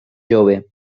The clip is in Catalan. jove